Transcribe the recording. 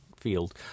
field